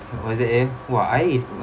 was it eh !wah! I